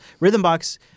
Rhythmbox